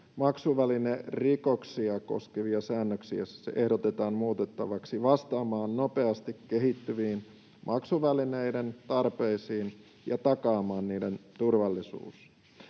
maksuvälinerikoksia koskevia säännöksiä ehdotetaan muutettavaksi vastaamaan nopeasti kehittyviin maksuvälineiden tarpeisiin ja takaamaan niiden turvallisuus.